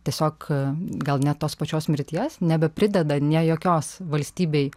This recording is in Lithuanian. tiesiog gal net tos pačios mirties nebeprideda nei jokios valstybei